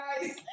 guys